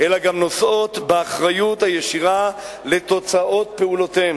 אלא גם נושאות באחריות הישירה לתוצאות פעולותיהן.